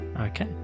okay